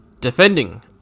Defending